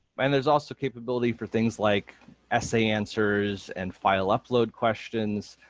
and there's also capability for things like essay answers and file upload questions,